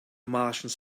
martians